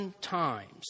times